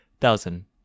Thousand